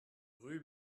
rue